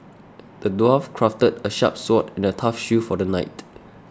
the dwarf crafted a sharp sword and a tough shield for the knight